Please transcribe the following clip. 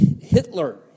Hitler